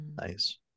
Nice